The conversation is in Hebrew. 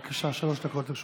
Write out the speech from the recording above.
בבקשה, שלוש דקות לרשותך.